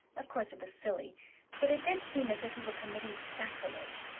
of course, it was silly but it did seem as if we were committing sacrilege.